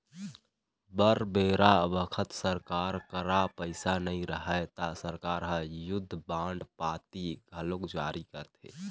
बर बेरा बखत सरकार करा पइसा नई रहय ता सरकार ह युद्ध बांड पाती घलोक जारी करथे